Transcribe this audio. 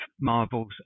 marvel's